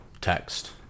text